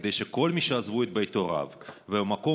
כדי שכל מי שעזבו את בית הוריהם ואת המקום